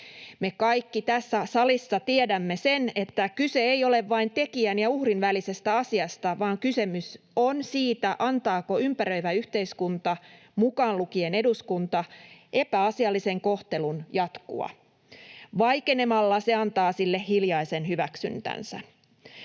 Me kaikki tässä salissa tiedämme sen, että kyse ei ole vain tekijän ja uhrin välisestä asiasta, vaan kysymys on siitä, antaako ympäröivä yhteiskunta, mukaan lukien eduskunta, epäasiallisen kohtelun jatkua. Vaikenemalla se antaa sille hiljaisen hyväksyntänsä.